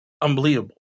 unbelievable